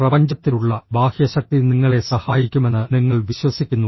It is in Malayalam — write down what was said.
പ്രപഞ്ചത്തിലുള്ള ബാഹ്യശക്തി നിങ്ങളെ സഹായിക്കുമെന്ന് നിങ്ങൾ വിശ്വസിക്കുന്നു